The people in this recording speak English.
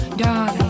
darling